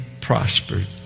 prospered